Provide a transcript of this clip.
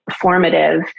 formative